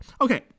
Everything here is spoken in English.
okay